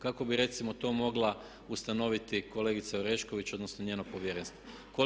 Kako bi recimo to mogla ustanoviti kolegica Orešković odnosno njeno povjerenstvo?